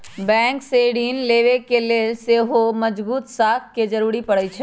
bank से ऋण लेबे के लेल सेहो मजगुत साख के जरूरी परै छइ